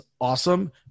awesome